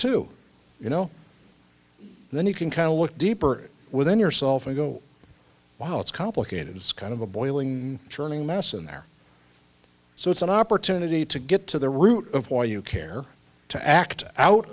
too you know and then you can kind of look deeper within yourself and go wow it's complicated it's kind of a boiling churning mess in there so it's an opportunity to get to the root of why you care to act out